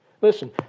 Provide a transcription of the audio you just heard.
Listen